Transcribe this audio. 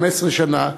15 שנה,